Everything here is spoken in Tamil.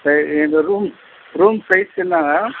சரி எங்கள் ரூம் ரூம் சைஸ் என்னங்க